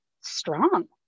strong